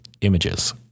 images